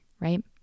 right